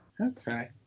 Okay